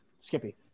Skippy